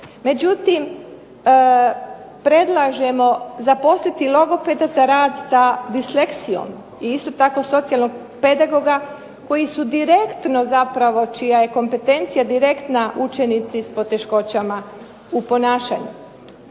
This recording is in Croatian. međutim predlažemo zaposliti logopeda za rad sa disleksijom i isto tako socijalnog pedagoga koji su direktno zapravo, čija je kompetencija direktna učenici s poteškoćama u ponašanju.